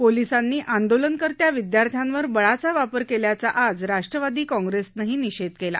पोलिसांनी आंदोलनकर्त्या विदयार्थ्यावर बळाचा वापर केल्याचा आज राष्टवादी काँग्रेसनंही निषेध केला